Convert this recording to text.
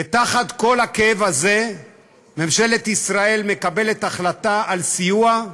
ותחת כל הכאב הזה ממשלת ישראל מקבלת החלטה על סיוע,